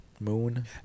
Moon